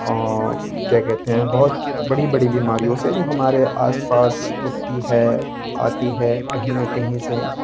کیا کہتے ہیں بہت بڑی بڑی بیماریوں سے جو ہمارے آس پاس اٹھتی ہے آتی ہے کہیں نہ کہیں سے